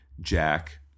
Jack